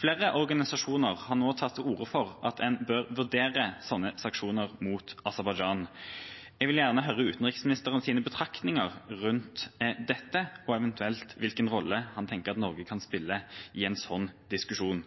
Flere organisasjoner har nå tatt til orde for at en bør vurdere sånne sanksjoner mot Aserbajdsjan. Jeg vil gjerne høre utenriksministerens betraktninger rundt dette og eventuelt hvilken rolle han tenker at Norge kan spille i en sånn diskusjon.